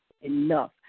enough